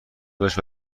گذاشت